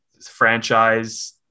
franchise